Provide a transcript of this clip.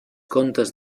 contes